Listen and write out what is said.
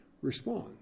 respond